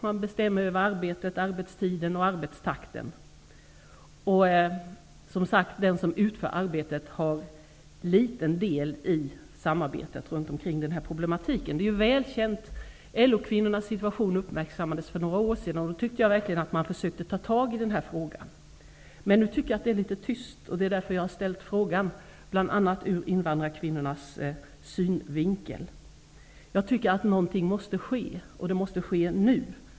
De bestämmer över arbetet, arbetstiden och arbetstakten. Som sagt har den som utför arbetet liten del i samarbetet om problematiken. LO-kvinnornas situation uppmärksammades för några år sedan. Då tyckte jag att man verkligen försökte att ta itu med denna fråga. Men nu tycker jag att det är litet tyst. Det är därför jag har ställt frågan, bl.a. ur invandrarkvinnornas synvinkel. Jag tycker att något måste ske och att det måste ske nu.